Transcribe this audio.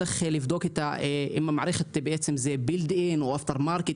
צריך לבדוק אם המערכת היא built-in או after market,